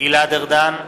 גלעד ארדן,